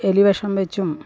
എലി വിഷം വെച്ചും